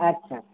ᱟᱪᱪᱷᱟ